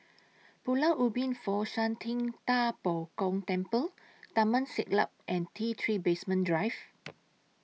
Pulau Ubin Fo Shan Ting DA Bo Gong Temple Taman Siglap and T three Basement Drive